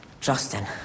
Justin